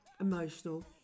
emotional